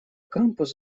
кампус